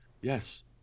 Yes